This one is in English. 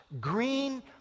green